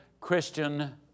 Christian